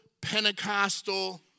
Pentecostal